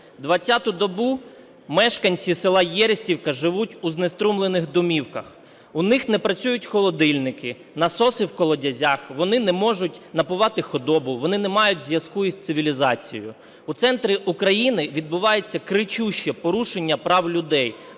20-ту добу мешканці села Єристівка живуть у знеструмлених домівках. У них не працюють холодильники, насоси в колодязях, вони не можуть напувати худобу, вони не мають зв'язку із цивілізацією. У центрі України відбувається кричуще порушення прав людей,